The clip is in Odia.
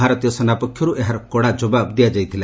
ଭାରତୀୟ ସେନା ପକ୍ଷରୁ ଏହାର କଡ଼ା ଜବାବ ଦିଆଯାଇଥିଲା